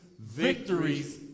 victories